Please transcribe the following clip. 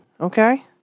okay